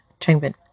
Changbin